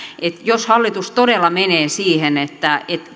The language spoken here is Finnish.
jos hallitus todella menee siihen että